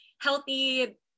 healthy